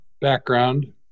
background